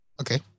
Okay